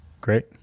Great